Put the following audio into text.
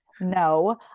no